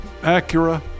Acura